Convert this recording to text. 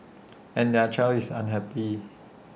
and their child is unhappy